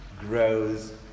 grows